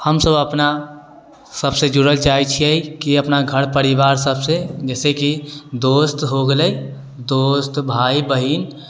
हमसब अपना सबसँ जुड़ऽ चाहै छियै की अपना घर परिवार सबसँ जैसेकि दोस्त हो गेलै दोस्त भाय बहिन